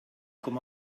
com